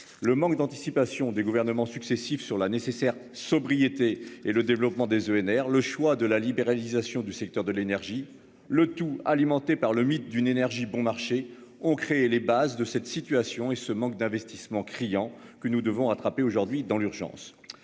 le manque d'anticipation des gouvernements successifs sur la nécessaire sobriété et le développement des ENR le choix de la libéralisation du secteur de l'énergie le tout alimenté par le mythe d'une énergie bon marché ont créé les bases de cette situation et ce manque d'investissement criant que nous devons rattraper aujourd'hui dans l'urgence